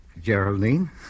Geraldine